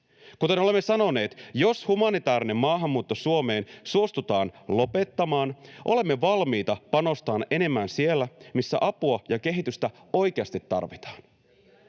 Kuten olemme sanoneet, jos humanitäärinen maahanmuutto Suomeen suostutaan lopettamaan, olemme valmiita panostamaan enemmän siellä, missä apua ja kehitystä oikeasti tarvitaan.